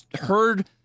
heard